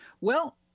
Well-